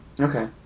Okay